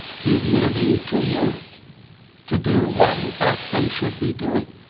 to use the intervening two years to do what in fact they should be doing.